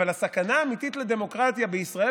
אבל הסכנה האמיתית לדמוקרטיה בישראל